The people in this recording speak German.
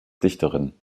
dichterin